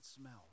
smell